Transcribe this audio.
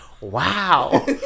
wow